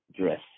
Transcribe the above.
dress